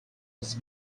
was